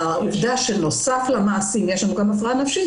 העובדה שנוסף למעשים יש גם הפרעה נפשית,